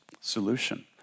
solution